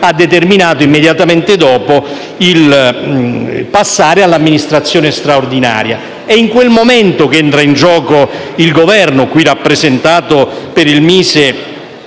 ha determinato immediatamente dopo il passaggio all'amministrazione straordinaria. È in quel momento che entra in gioco il Governo, qui rappresentato per il MISE